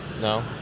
No